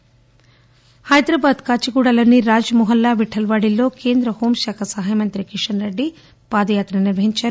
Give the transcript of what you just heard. కిషస్రెడ్డిః హైదరాబాద్ కాచిగూడలోని రాజ్మహల్లా విఠల్వాడీల్లో కేంద్ర హోంశాఖ సహాయ మంత్రి కిషన్రెడ్డి పాదయాత్ర నిర్వహించారు